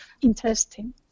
interesting